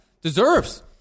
deserves